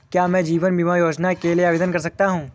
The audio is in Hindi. क्या मैं जीवन बीमा योजना के लिए आवेदन कर सकता हूँ?